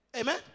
Amen